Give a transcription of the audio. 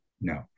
No